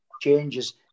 changes